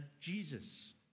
Jesus